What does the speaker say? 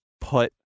put